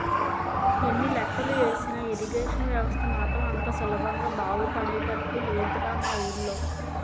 ఎన్ని లెక్కలు ఏసినా ఇరిగేషన్ వ్యవస్థ మాత్రం అంత సులభంగా బాగుపడేటట్లు లేదురా మా వూళ్ళో